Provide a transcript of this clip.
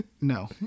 No